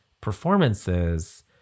performances